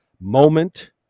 moment